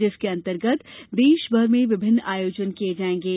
जिसके अंतर्गत देशभर में विभिन्न आयोजन किये जाएंगे